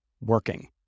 working